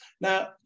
Now